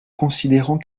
considérons